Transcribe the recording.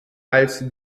als